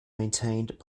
maintained